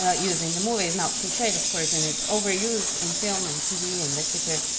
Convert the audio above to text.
ah used in the movie is now cliched of course, and it's overused in film and tv and literature,